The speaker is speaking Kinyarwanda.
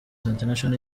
international